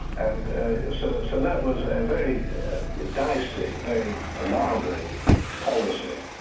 and so so that was a very dicey, very alarming policy.